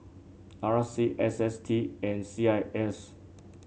R C S S T and C I S